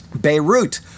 Beirut